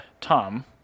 tom